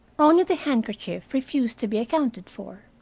only the handkerchief refused to be accounted for.